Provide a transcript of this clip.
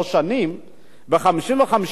ב-55 ימים, פחות מזה אפילו,